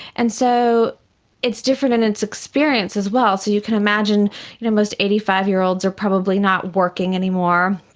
and so it's different in its experience as well. so you can imagine you know most eighty five year olds are probably not working anymore,